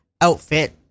outfit